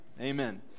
Amen